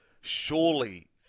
surely